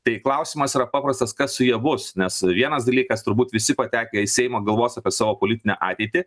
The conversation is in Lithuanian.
tai klausimas yra paprastas kas su ja bus nes vienas dalykas turbūt visi patekę į seimą galvos apie savo politinę ateitį